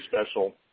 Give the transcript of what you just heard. special